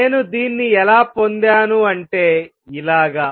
నేను దీన్ని ఎలా పొందాను అంటే ఇలాగ